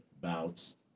bouts